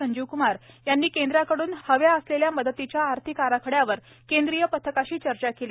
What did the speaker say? संजीव क्मार यांनी केंद्राकडून हव्या असलेल्या मदतीच्या आर्थिक आराखड्यावर केंद्रीय पथकाशी चर्चा केली